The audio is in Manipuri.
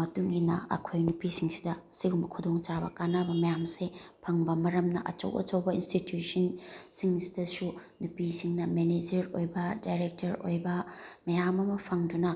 ꯃꯇꯨꯡ ꯏꯟꯅ ꯑꯩꯈꯣꯏ ꯅꯨꯄꯤꯁꯤꯡꯁꯤꯗ ꯁꯤꯒꯨꯝꯕ ꯈꯨꯗꯣꯡ ꯆꯥꯕ ꯀꯥꯟꯅꯕ ꯃꯌꯥꯝꯁꯦ ꯐꯪꯕ ꯃꯔꯝꯅ ꯑꯆꯧ ꯑꯆꯧꯕ ꯏꯟꯁꯇꯤꯇ꯭ꯌꯨꯁꯟ ꯁꯤꯡꯁꯤꯗꯁꯨ ꯅꯨꯄꯤꯁꯤꯡꯅ ꯃꯦꯅꯦꯖꯔ ꯑꯣꯏꯕ ꯗꯥꯏꯔꯦꯛꯇꯔ ꯑꯣꯏꯕ ꯃꯌꯥꯝ ꯑꯃ ꯐꯪꯗꯨꯅ